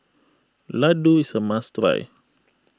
Laddu is a must try